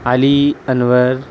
علی انور